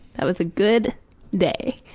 that was a good day.